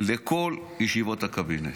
לכל ישיבות הקבינט,